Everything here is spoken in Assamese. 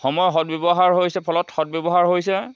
সময় সদ ব্যৱহাৰ হৈছে ফলত সদ ব্যৱহাৰ হৈছে